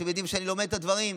אתם יודעים שאני לומד את הדברים,